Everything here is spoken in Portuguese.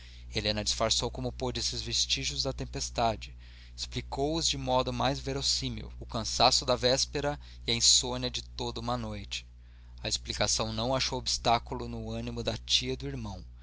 helena disfarçou como pôde esses vestígios da tempestade explicou os do modo mais verossímil o cansaço da véspera e a insônia de toda uma noite a explicação não achou obstáculo no ânimo da tia e do irmão